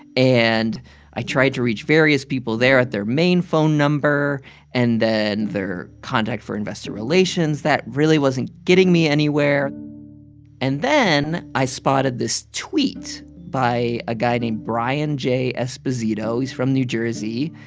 and i tried to reach various people there at their main phone number and then their contact for investor relations. that really wasn't getting me anywhere and then i spotted this tweet by a guy named brian j. esposito. he's from new jersey.